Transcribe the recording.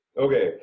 Okay